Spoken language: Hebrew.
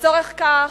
לצורך כך,